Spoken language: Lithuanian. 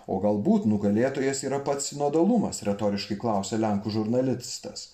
o galbūt nugalėtojas yra pats sinodalumas retoriškai klausė lenkų žurnalistas